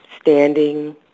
standing